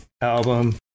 album